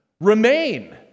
remain